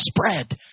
spread